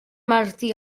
martí